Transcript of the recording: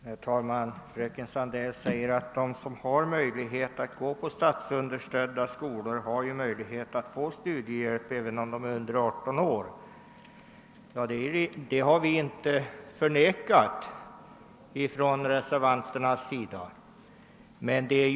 Herr talman! Fröken Sandell säger att de som har möjlighet att gå i statsunderstödda skolor kan få studiemedel, även om de är under 18 år. Det har vi reservanter inte förnekat.